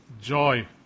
joy